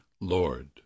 Lord